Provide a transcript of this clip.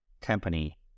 company